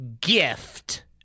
gift